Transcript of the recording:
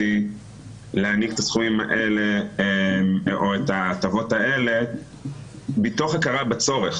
את הסכומים או ההטבות האלה מתוך הכרה בצורך.